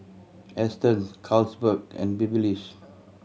Astons Carlsberg and Babyliss